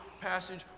passage